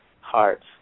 hearts